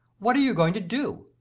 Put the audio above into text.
what are you going to do?